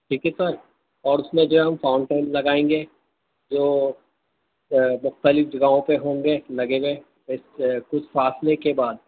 ٹھیک ہے سر اور اس میں جو ہے ہم فاؤنٹن لگائیں گے جو مختلف جگہوں پہ ہوں گے لگے ہوئے کچھ فاصلے کے بعد